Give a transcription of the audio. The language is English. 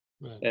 Right